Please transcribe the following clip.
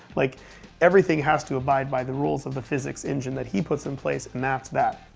like everything has to abide by the rules of the physics engine that he puts in place, and that's that.